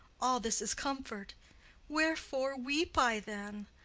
all this is comfort wherefore weep i then?